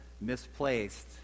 Misplaced